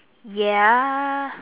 ya